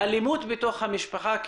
אלימות בתוך המשפחה,